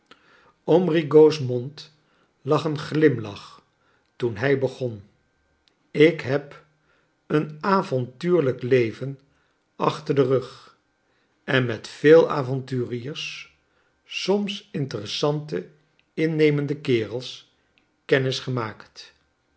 rigaud's mond lag een glimlach toen liij begon ik heb een avontuurlijk leven achter den rug en met veel avonturiers soms interessante innemende kerels kennis gemaakt